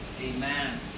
Amen